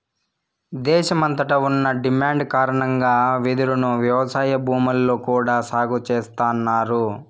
దేశమంతట ఉన్న డిమాండ్ కారణంగా వెదురును వ్యవసాయ భూముల్లో కూడా సాగు చేస్తన్నారు